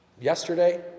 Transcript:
Yesterday